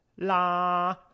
La